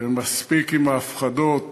ומספיק עם ההפחדות.